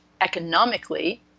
economically